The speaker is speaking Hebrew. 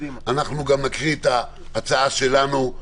גם נקריא את ההצעה שלנו.